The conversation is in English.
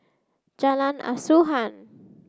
Jalan Asuhan